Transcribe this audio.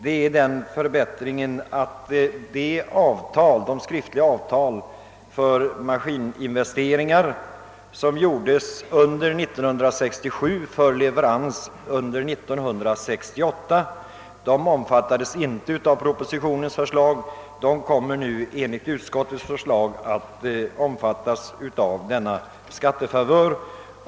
Förbättringen innebär att företagen för maskiner som genom skriftliga avtal beställts under 1967 för leverans under 1968 och som inte omfattades av propositionens förslag, enligt utskottets förslag kommer att få denna skattefavör.